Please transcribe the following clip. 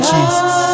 Jesus